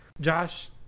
Josh